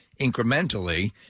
incrementally